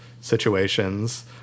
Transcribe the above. situations